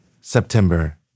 September